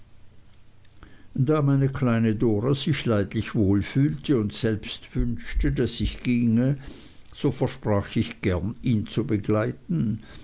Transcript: da meine kleine dora sich leidlich wohl fühlte und selbst wünschte daß ich ginge so versprach ich gern ihn zu begleiten